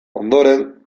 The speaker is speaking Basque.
ondoren